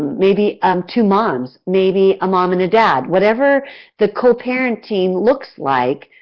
maybe um two moms, maybe a mom and a dad. whatever the co-parent team looks like,